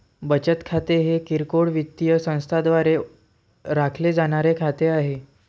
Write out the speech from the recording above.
बचत खाते हे किरकोळ वित्तीय संस्थांद्वारे राखले जाणारे खाते आहे